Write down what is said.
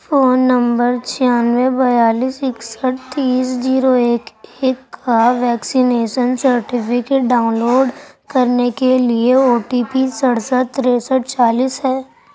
phone number چھیانوے بیالیس اکسٹھ تیس زیرو ایک ایک کا ویکسینیشن سرٹیفکیٹ ڈاؤن لوڈ کرنے کے لیے او ٹی پی سرسٹھ تریسٹھ چالیس ہے